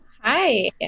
Hi